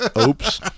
Oops